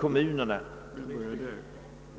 kommunernas synpunkt.